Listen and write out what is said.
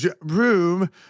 room